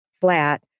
flat